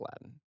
Aladdin